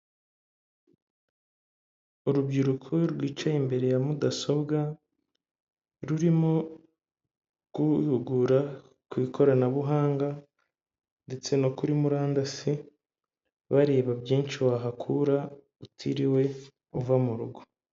Urubyiruko rwicaye imbere ya mudasobwa rurimo kuhugura ku ikoranabuhanga ndetse no kuri murandasi bareba byinshi wahakura utiriwe uva mu rugo.